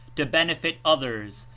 to benefit others,